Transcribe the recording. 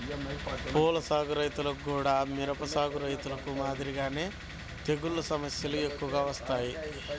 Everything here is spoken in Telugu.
పూల సాగు రైతులకు గూడా మిరప సాగు రైతులు మాదిరిగానే తెగుల్ల సమస్యలు ఎక్కువగా వత్తాయి